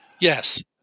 Yes